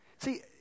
See